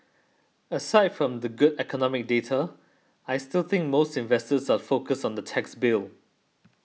aside from the good economic data I still think most investors are focused on the tax bill